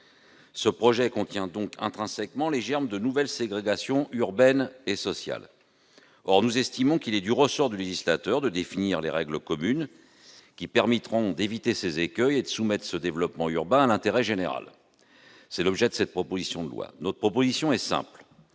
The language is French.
Ce projet contient donc intrinsèquement les germes de nouvelles ségrégations urbaines et sociales. Or nous estimons qu'il est du ressort du législateur de définir les règles communes qui permettront d'éviter ces écueils et de soumettre ce développement urbain à l'intérêt général. Notre proposition est simple.